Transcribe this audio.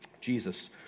Jesus